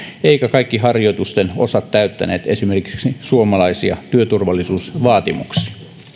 eivätkä kaikki harjoituksen osat täyttäneet esimerkiksi suomalaisia työturvallisuusvaatimuksia